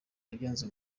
wagenze